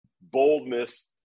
boldness